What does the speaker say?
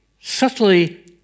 subtly